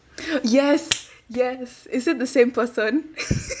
yes yes is it the same person